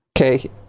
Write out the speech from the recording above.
Okay